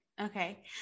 okay